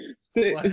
Stay